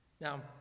Now